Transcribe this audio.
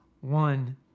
one